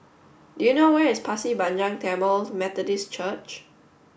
do you know where is Pasir Panjang Tamil Methodist Church